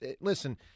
listen